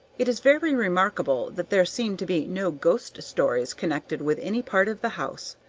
it is very remarkable that there seem to be no ghost-stories connected with any part of the house,